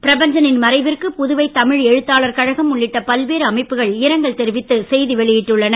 பிரபஞ்சனின் மறைவிற்கு புதுவை தமிழ் எழுத்தாளர் கழகம் உள்ளிட்ட பல்வேறு அமைப்புகள் இரங்கல் தெரிவித்து செய்கி வெளியிட்டுள்ளன